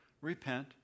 Repent